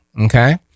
okay